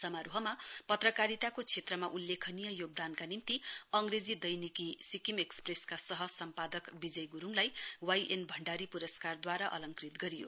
समारोहमा पत्रकारिताको क्षेत्रमा उल्लेखनीय योगदानका निम्ति अंग्रेजी दैनिकी सिक्किम एक्सप्रेसका सह सम्पादक विजय गुरूङलाई वाई एन भण्डारी पुरस्कार अंलकृत गरियो